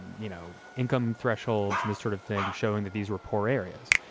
you know, income thresholds and this sort of thing showing that these were poor areas.